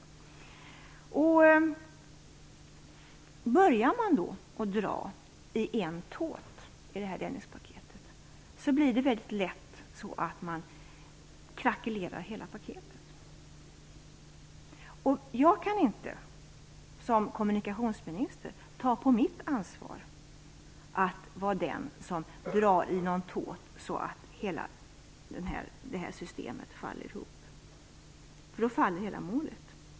Börjar man att dra i en tåt i Dennispaketet, krackeleras lätt hela paketet. Jag kan inte som kommunikationsminister ta på mitt ansvar att vara den som drar i någon tåt så att hela detta system faller ihop, för då faller hela målet.